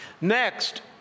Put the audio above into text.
Next